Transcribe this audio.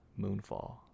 Moonfall